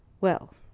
Well